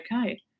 okay